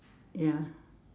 ya